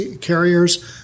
carriers